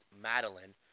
Madeline